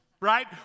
right